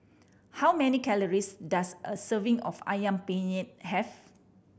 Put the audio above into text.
how many calories does a serving of Ayam Penyet have